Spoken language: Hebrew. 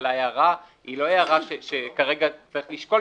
אבל ההערה היא לא הערה שכרגע צריך לשקול,